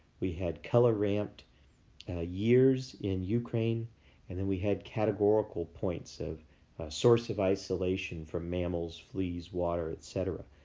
we had color ramped years in ukraine and then we had categorical points of source of isolation from mammals, fleas, wate r etc.